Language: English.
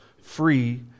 free